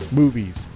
movies